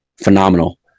phenomenal